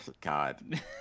God